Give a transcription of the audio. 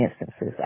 instances